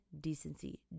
decency